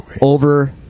over